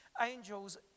angels